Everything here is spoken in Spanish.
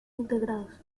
integrados